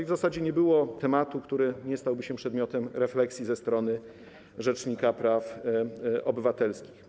W zasadzie nie było tematu, który nie stałby się przedmiotem refleksji ze strony rzecznika praw obywatelskich.